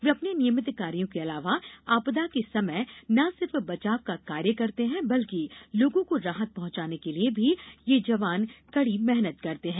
ये अपने नियमित कार्यो के अलावा आपदा के समय न सिर्फ बचाव का कार्य करते हैं बल्कि लोगों को राहत पहॅचाने के लिए भी ये जवान कडी मेहनत करते हैं